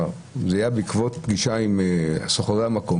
זה היה בעקבות פגישה עם סוחרי המקום,